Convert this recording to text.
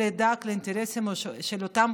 אלא ידאג לאינטרסים של אותן